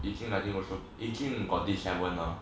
ekin I think also ekin got thirty seven ah